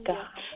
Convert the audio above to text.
God